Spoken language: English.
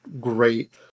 great